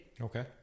okay